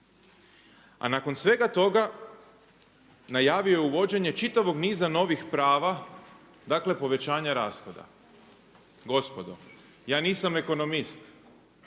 A nakon svega toga najavio je uvođenje čitavog niza novih prava, dakle povećanja rashoda. Gospodo ja nisam ekonomist,